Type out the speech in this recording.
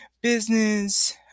business